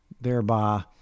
thereby